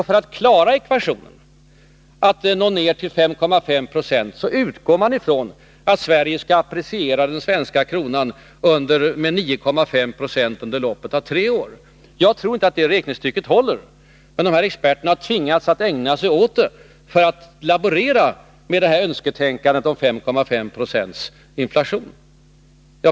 För att klara ekvationen när det gäller att nå ner till 5,5 70 utgår man från att Sverige skall appreciera den svenska kronan med 9,5 90 under loppet av tre år. Jag tror inte att det räknestycket håller. Men experterna har tvingats att ägna sig åt det för att laborera med önsketänkandet om 5,5 90 inflation.